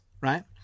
right